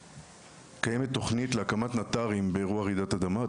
קיימת תוכנית להקמת נט"רים באירוע רעידת אדמה,